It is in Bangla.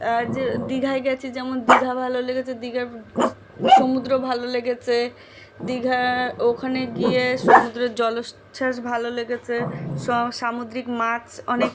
আর যে দীঘায় গেছি যেমন দীঘা ভালো লেগেছে দীঘার সমুদ্র ভালো লেগেছে দীঘা ওখানে গিয়ে সমুদ্রের জলোচ্ছ্বাস ভালো লেগেছে সামুদ্রিক মাছ অনেক